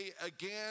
again